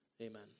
Amen